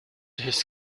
his